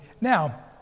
Now